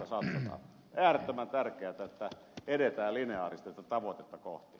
on äärettömän tärkeätä että edetään lineaarisesti tätä tavoitetta kohti